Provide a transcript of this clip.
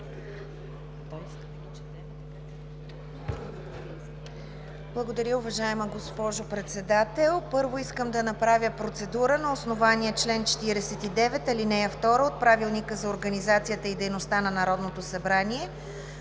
Благодаря, уважаема госпожо Председател. Първо искам да направя процедура на основание чл. 49, ал. 2 от Правилника за организацията и дейността на Народното събрание